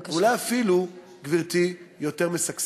הכול עובד, אולי אפילו, גברתי, יותר משגשג.